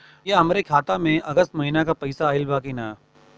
भईया हमरे खाता में अगस्त महीना क पैसा आईल बा की ना?